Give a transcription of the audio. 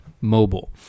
Mobile